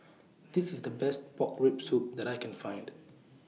This IS The Best Pork Rib Soup that I Can Find